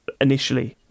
initially